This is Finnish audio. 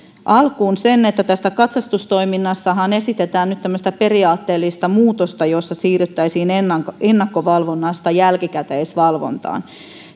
alkuun sen että tästä katsastustoiminnastahan esitetään nyt tämmöistä periaatteellista muutosta jossa siirryttäisiin ennakkovalvonnasta jälkikäteisvalvontaan